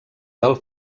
del